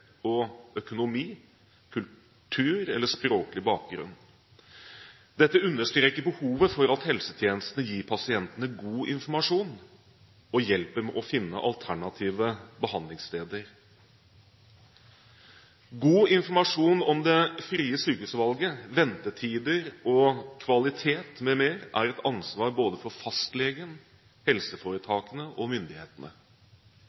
og økonomisk, kulturell og språklig bakgrunn. Dette understreker behovet for at helsetjenestene gir pasientene god informasjon og hjelper med å finne alternative behandlingssteder. God informasjon om ordningen med fritt sykehusvalg, ventetider og kvalitet m.m. er et ansvar for både fastlegen,